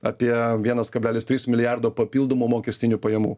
apie vienas kablelis tris milijardo papildomų mokestinių pajamų